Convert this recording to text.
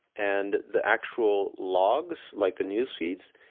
and the actual logs, like the newsfeeds,